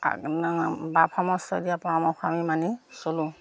বাপ সমস্তই দিয়া পৰামৰ্শ আমি মানি চলোঁ